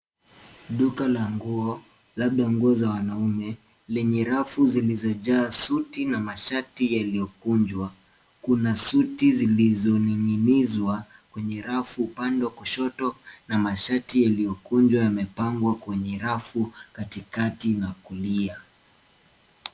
Duka la nguo, labda nguo za wanaume, lenye rafu zilizojaa suti na mashati yaliyokunjwa. Kuna suti zilizoning'inizwa kwenye rafu upande wa kushoto na mashati yaliyokunjwa yamepangwa kwenye rafu katikati na kulia.